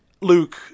Luke